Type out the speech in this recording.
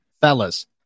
Fellas